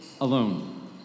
alone